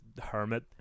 hermit